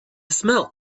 smell